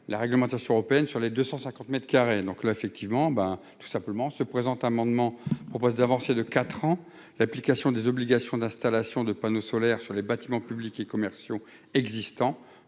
la réglementation européenne sur les 250 mètres carrés donc là effectivement ben tout simplement se présent amendement propose d'avancer de 4 ans, l'application des obligations d'installation de panneaux solaires sur les bâtiments publics et commerciaux existants,